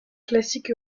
classique